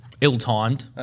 ill-timed